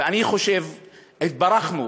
ואני חושב שהתברכנו,